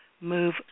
Move